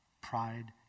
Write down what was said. Pride